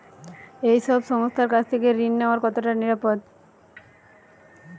এই সব সংস্থার কাছ থেকে ঋণ নেওয়া কতটা নিরাপদ?